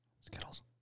Skittles